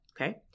okay